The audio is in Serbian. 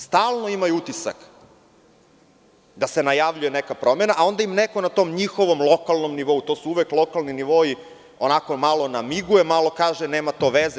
Stalno imaju utisak da se najavljuje neka promena, a onda im neko na tom njihovom lokalnom nivou, to su uvek lokalni nivoi, onako malo namiguje, malo kaže – nema to veze.